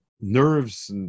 nerves